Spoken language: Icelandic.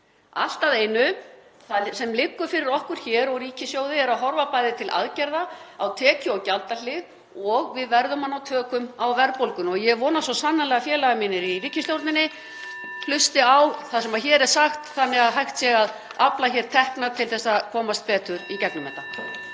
Allt að einu, það sem liggur fyrir okkur hér og ríkissjóði er að horfa bæði til aðgerða á tekju- og gjaldahlið og við verðum að ná tökum á verðbólgunni. Ég vona svo sannarlega að félagar mínir í ríkisstjórninni (Forseti hringir.) hlusti á það sem hér er sagt þannig að hægt sé að afla tekna til að komast betur í gegnum þetta.